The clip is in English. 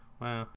Wow